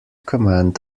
command